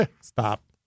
Stop